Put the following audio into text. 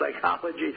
psychology